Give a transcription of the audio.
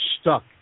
stuck